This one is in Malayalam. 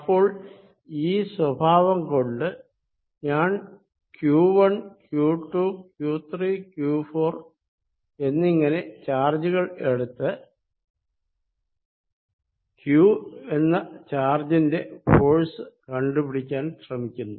ഇപ്പോൾ ഈ സ്വഭാവം കൊണ്ട് ഞാൻ Q1Q2Q3Q4 എന്നിങ്ങനെ ചാർജുകൾ എടുത്ത് q എന്ന ചാർജിന്റെ ഫോഴ്സ് കണ്ടുപിടിക്കാൻ ശ്രമിക്കുന്നു